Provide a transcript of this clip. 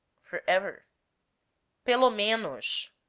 forever pelo menos,